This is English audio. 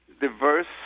diverse